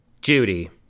Judy